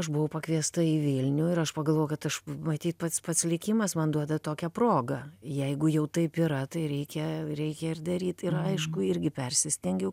aš buvau pakviesta į vilnių ir aš pagalvojau kad aš matyt pats pats likimas man duoda tokią progą jeigu jau taip yra tai reikia reikia ir daryt ir aišku irgi persistengiau